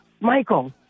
Michael